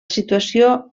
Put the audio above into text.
situació